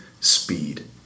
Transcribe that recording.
speed